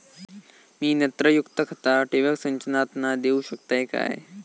मी नत्रयुक्त खता ठिबक सिंचनातना देऊ शकतय काय?